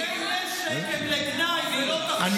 זה כלי נשק, הם לגנאי, זה לא תכשיט.